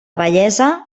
vellesa